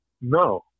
No